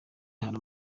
hari